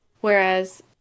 Whereas